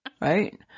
Right